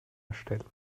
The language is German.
erstellen